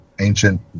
ancient